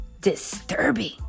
disturbing